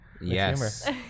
Yes